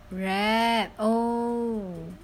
wrap oh